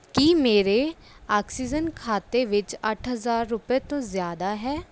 ਕੀ ਮੇਰੇ ਆਕਸੀਜਨ ਖਾਤੇ ਵਿੱਚ ਅੱਠ ਹਜ਼ਾਰ ਰੁਪਏ ਤੋਂ ਜ਼ਿਆਦਾ ਹੈ